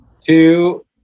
two